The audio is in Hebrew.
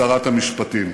שרת המשפטים.